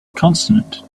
consonant